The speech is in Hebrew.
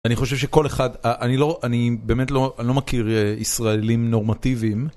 אני חושב שכל אחד, אני באמת לא מכיר ישראלים נורמטיביים.